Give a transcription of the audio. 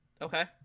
Okay